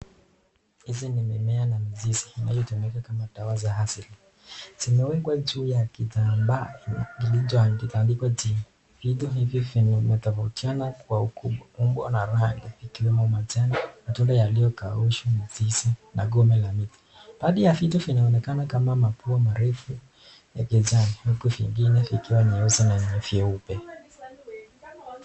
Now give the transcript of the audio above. Hizi ni mimea na mizizi inayo tumika kama dawa za asili . Zimewekwa juu ya kitambaa kilicho tandikwa chini. Vitu hivi vimetafautiana , huku vikiwa na rangi vikiwemo manjani, matunda yaliyo kaushwa , Mizizi na gome la miti. Baadhi ya vitu vinaonekana mapua marefu huku vingine vikiwa meusi na meupe.